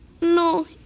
No